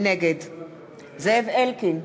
נגד זאב אלקין,